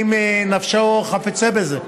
אם נפשו חפצה בזה,